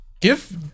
Give